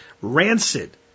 rancid